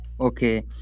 okay